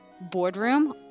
boardroom